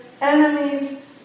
enemies